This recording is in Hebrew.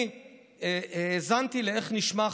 אני האזנתי בשבוע שעבר לאיך נשמעת